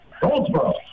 Goldsboro